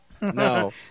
no